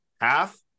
half